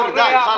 די, חבר'ה.